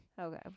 Okay